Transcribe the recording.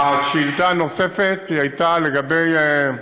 השאילתה הנוספת הייתה לגבי,